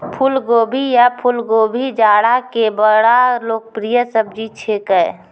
फुलगोभी या फुलकोबी जाड़ा के बड़ा लोकप्रिय सब्जी छेकै